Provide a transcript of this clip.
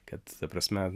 kad ta prasme